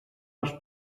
als